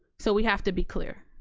so we have to be clear.